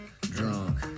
Drunk